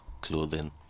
clothing